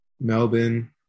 Melbourne